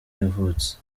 yavutse